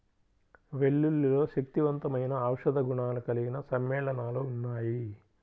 వెల్లుల్లిలో శక్తివంతమైన ఔషధ గుణాలు కలిగిన సమ్మేళనాలు ఉన్నాయి